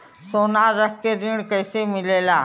सोना रख के ऋण कैसे मिलेला?